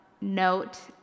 Note